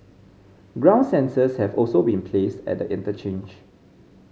ground sensors have also been placed at the interchange